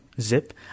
Zip